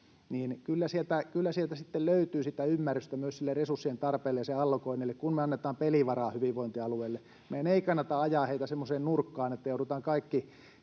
Kyllä sieltä sitten löytyy sitä ymmärrystä myös resurssien tarpeille ja sen allokoinnille, kun me annetaan pelivaraa hyvinvointialueille. Meidän ei kannata ajaa niitä semmoiseen nurkkaan, että joudutaan kaikki